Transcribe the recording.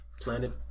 planet